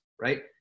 right